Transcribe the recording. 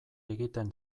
egiten